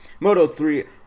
Moto3